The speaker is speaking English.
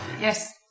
Yes